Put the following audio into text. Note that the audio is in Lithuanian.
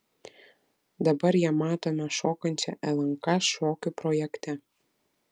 dabar ją matome šokančią lnk šokių projekte